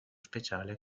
speciale